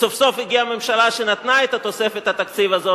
סוף-סוף הגיעה ממשלה שנתנה את תוספת התקציב הזאת